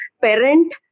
parent